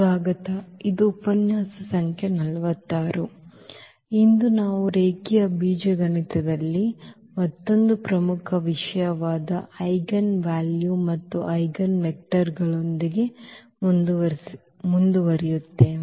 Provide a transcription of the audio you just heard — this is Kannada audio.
ಸ್ವಾಗತ ಇದು ಉಪನ್ಯಾಸ ಸಂಖ್ಯೆ 46 ಮತ್ತು ಇಂದು ನಾವು ರೇಖೀಯ ಬೀಜಗಣಿತದಲ್ಲಿ ಮತ್ತೊಂದು ಪ್ರಮುಖ ವಿಷಯವಾದ ಐಜೆನ್ ವ್ಯಾಲ್ಯೂಸ್ ಮತ್ತು ಐಜೆನ್ವೆಕ್ಟರ್ಗಳೊಂದಿಗೆ ಮುಂದುವರಿಯುತ್ತೇವೆ